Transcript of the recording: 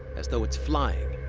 as though it's flying.